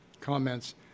comments